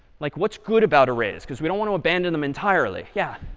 like what's good about arrays? because we don't want to abandon them entirely. yeah.